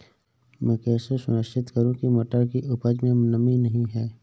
मैं कैसे सुनिश्चित करूँ की मटर की उपज में नमी नहीं है?